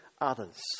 others